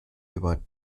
über